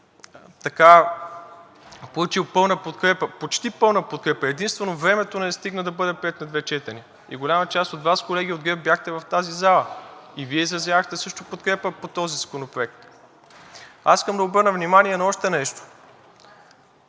беше получил пълна подкрепа, почти пълна подкрепа, единствено времето не стигна да бъде приет на две четения. Голяма част от Вас, колеги от ГЕРБ, бяхте в тази зала и Вие изразявахте също подкрепа по този законопроект. Аз искам да обърна внимание на още нещо.